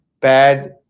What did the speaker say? bad